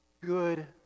good